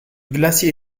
glacier